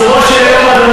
קיצורו של יום,